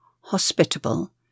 hospitable